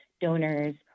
donors